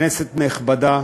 כנסת נכבדה,